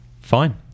Fine